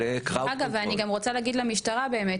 אגב, אני גם רוצה להגיד למשטרה באמת.